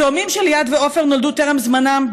התאומים של ליעד ועופר נולדו טרם זמנם,